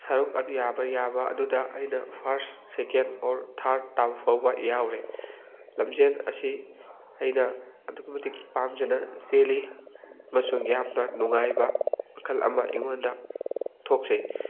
ꯁꯔꯨꯛ ꯑꯗꯨ ꯌꯥꯕ ꯌꯥꯕ ꯑꯗꯨꯗ ꯑꯩꯅ ꯐꯥꯔꯁ ꯁꯦꯀꯦꯟ ꯑꯣꯔ ꯊꯥꯔꯠ ꯇꯥꯕ ꯐꯥꯎꯕ ꯌꯥꯎꯔꯦ ꯂꯝꯖꯦꯜ ꯑꯁꯤ ꯑꯩꯅ ꯑꯗꯨꯛꯀꯤ ꯃꯇꯤꯛ ꯄꯥꯝꯖꯅ ꯆꯦꯜꯂꯤ ꯑꯃꯁꯨꯡ ꯌꯥꯝꯅ ꯅꯨꯡꯉꯥꯏꯕ ꯃꯈꯜ ꯑꯃ ꯑꯩꯉꯣꯟꯗ ꯊꯣꯛꯆꯩ